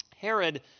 Herod